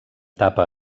tapa